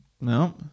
No